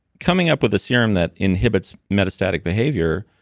coming up with a serum that inhibits metastatic behavior